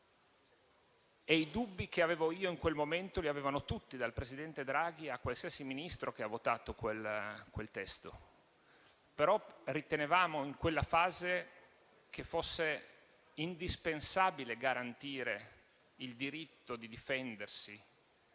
I dubbi che avevo in quel momento li avevano tutti, dal presidente Draghi a qualsiasi Ministro che ha votato per quel testo. Però ritenevamo, in quella fase, che fosse indispensabile garantire il diritto di difendersi